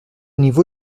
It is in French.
niveau